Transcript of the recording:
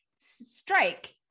STRIKE